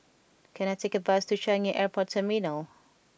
can I take a bus to Changi Airport Terminal